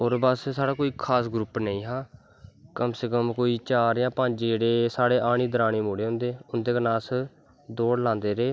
ओह्दे बाद साढ़ा कोई खास ग्रुप नेंई हा कम से कम जेह्ड़े चार जां पंज जेह्ड़ा आह्नी दरानी मुड़े होंदे हे उंदै कन्नै अस दौड़ लांदे रेह्